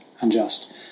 unjust